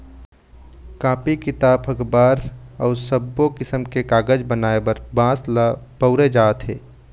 copy, किताब, अखबार अउ सब्बो किसम के कागज बनाए बर बांस ल बउरे जाथे